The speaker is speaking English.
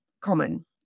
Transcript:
common